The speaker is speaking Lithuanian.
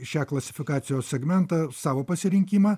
šią klasifikaciją segmentą savo pasirinkimą